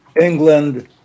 England